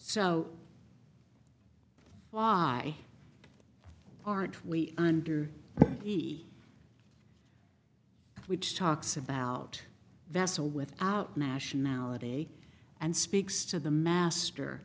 so why aren't we under he which talks about vessel without nationality and speaks to the master